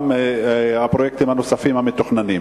גם הפרויקטים הנוספים המתוכננים.